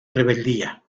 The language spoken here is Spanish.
rebeldía